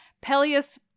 Peleus